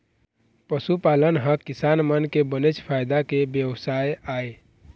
पशुपालन ह किसान मन के बनेच फायदा के बेवसाय आय